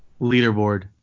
leaderboard